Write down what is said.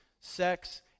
sex